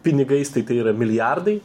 pinigais tai tai yra milijardai